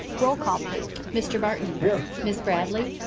roll call please. mr. barton. here. miss bradley.